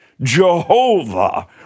Jehovah